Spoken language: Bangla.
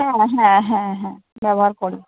হ্যাঁ হ্যাঁ হ্যাঁ হ্যাঁ ব্যবহার করি